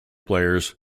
players